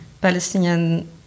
Palestinian